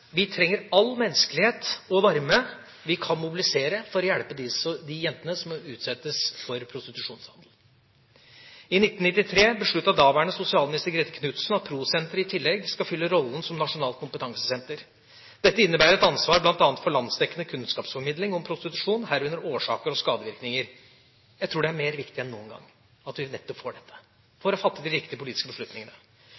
trenger vi all den menneskelighet og varme vi kan mobilisere for å hjelpe de jentene som utsettes for prostitusjonshandel. I 1993 besluttet daværende sosialminister Grete Knudsen at PRO Sentret i tillegg skal fylle rollen som nasjonalt kompetansesenter. Dette innebærer et ansvar bl.a. for landsdekkende kunnskapsformidling om prostitusjon, herunder årsaker og skadevirkninger. Jeg tror det er mer viktig enn noen gang at vi nettopp får dette,